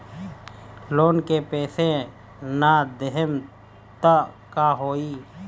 Loan का पैस न देहम त का होई?